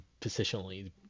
positionally